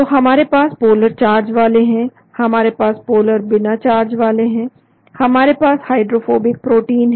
तो हमारे पास पोलर चार्ज वाले हैं हमारे पास पोलर बिना चार्ज वाले हैं हमारे पास हाइड्रोफोबिक प्रोटीन है